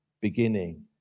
beginning